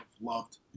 loved